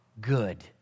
good